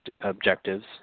objectives